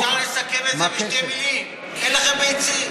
אפשר לסכם את זה בשתי מילים: אין לכם ביצים,